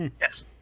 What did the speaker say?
Yes